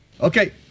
Okay